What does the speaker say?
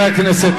חברי הכנסת,